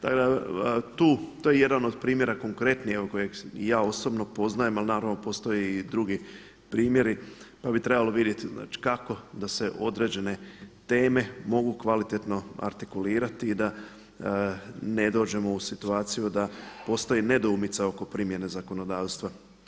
Tako da tu, to je jedan od primjera konkretni evo kojeg i ja osobno poznajem ali naravno postoje i drugi primjeri pa bi trebalo vidjeti znači kako da se određene teme mogu kvalitetno artikulirati i da ne dođemo u situaciju da postoji nedoumica oko primjene zakonodavstva.